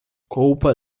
culpa